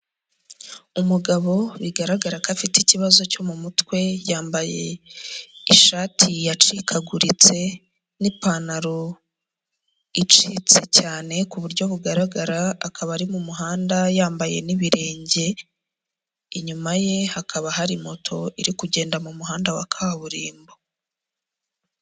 Umugabo bigaragara ko afite ikibazo cyo mu mutwe, yambaye ishati yacikaguritse n'ipantaro icitse cyane ku buryo bugaragara, akaba ari mu muhanda yambaye n'ibirenge, inyuma ye hakaba hari moto iri kugenda mu muhanda wa kaburimbo.